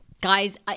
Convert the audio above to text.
Guys